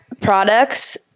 products